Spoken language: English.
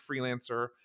freelancer